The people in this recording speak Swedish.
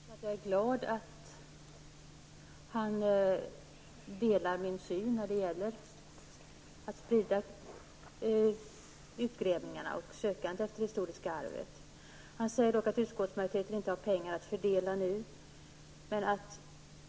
Herr talman! Jag är glad att Leo Persson delar min uppfattning när det gäller att sprida utgrävningarna och sökandet efter det historiska arvet. Han säger dock att utskottsmajoriteten inte anser att det nu finns några pengar att fördela.